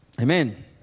Amen